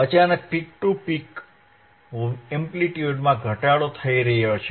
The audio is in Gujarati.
અચાનક પીક ટુ પીક એમ્પ્લિટ્યુડમાં ઘટાડો થઈ રહ્યો છે